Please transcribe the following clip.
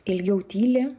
ilgiau tyli